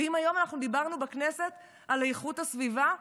ואם היום אנחנו דיברנו בכנסת על איכות הסביבה,